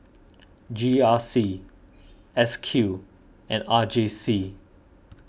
G R C S Q and R J C